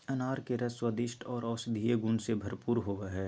अनार के रस स्वादिष्ट आर औषधीय गुण से भरपूर होवई हई